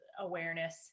awareness